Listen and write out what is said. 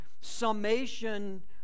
summation